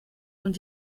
und